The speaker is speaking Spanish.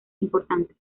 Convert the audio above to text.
importantes